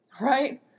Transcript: Right